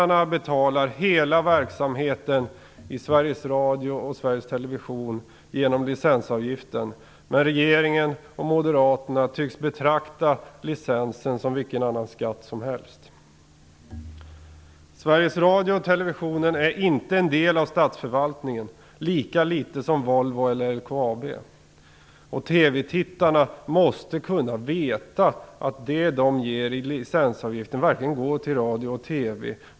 Radio och Sveriges Television genom licensavgiften, men regeringen och Moderaterna tycks betrakta licensen som vilken skatt som helst. Sveriges Radio och Television är inte en del av statsförvaltningen, lika litet som Volvo eller LKAB. TV-tittarna måste kunna veta att det de ger i licensavgiften verkligen går till radio och TV.